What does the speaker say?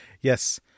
Yes